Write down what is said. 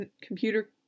computer